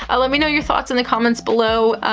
ah let me know your thoughts in the comments below.